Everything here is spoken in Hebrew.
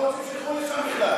אבל אנחנו לא רוצים שילכו לשם בכלל.